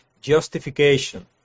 justification